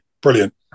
Brilliant